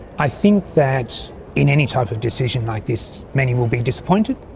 i think that in any type of decision like this, many will be disappointed.